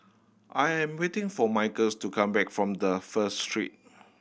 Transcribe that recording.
I am waiting for Michael's to come back from the First Street